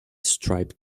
striped